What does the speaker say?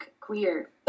queer